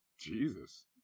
Jesus